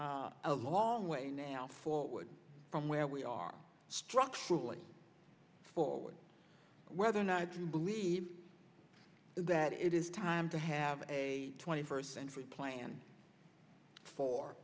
us a long way now forward from where we are structurally forward whether or not you believe that it is time to have a twenty first century plan for